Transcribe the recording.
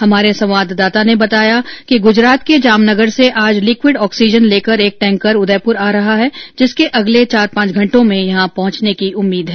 हमारे संवाददाता ने बताया कि गुजरात के जामनगर से आज लिक्विड ऑक्सीजन लेकर एक टेंकर उदयपुर आ रहा है जिसके अगले चार पांच घंटों में यहां पहुंचने की उम्मीद है